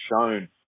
shown